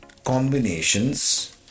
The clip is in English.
combinations